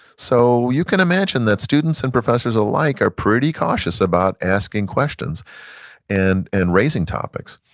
so you can imagine that students and professors alike are pretty cautious about asking questions and and raising topics.